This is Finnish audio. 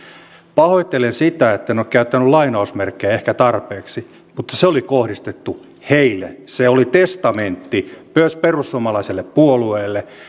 pahoittelen sitä etten ole käyttänyt lainausmerkkejä ehkä tarpeeksi mutta se oli kohdistettu heille se oli testamentti myös perussuomalaiselle puolueelle